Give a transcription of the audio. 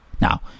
Now